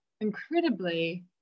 incredibly